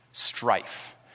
Strife